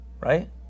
right